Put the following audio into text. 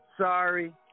Sorry